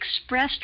expressed